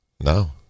No